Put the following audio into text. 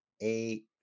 eight